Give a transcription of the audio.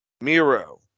Miro